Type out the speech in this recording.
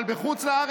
אבל בחו"ל,